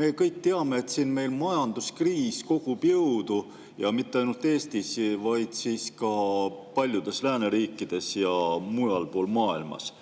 Me kõik teame, et majanduskriis kogub jõudu ja mitte ainult Eestis, vaid ka paljudes lääneriikides ja mujal maailmas.